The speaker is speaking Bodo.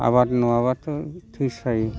आबाद नङाब्लाथ' थैखायो